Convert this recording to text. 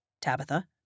Tabitha